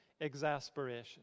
exasperation